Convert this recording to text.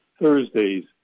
Thursdays